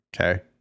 Okay